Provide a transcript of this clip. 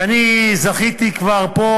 שאני כבר זכיתי פה,